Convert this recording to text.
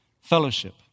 fellowship